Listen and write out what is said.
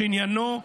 שעניינו,